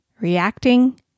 reacting